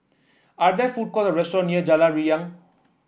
are there food courts or restaurant near Jalan Riang